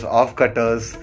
off-cutters